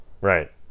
right